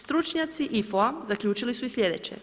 Stručnjaci IFO-a zaključili su i sljedeće.